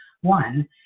one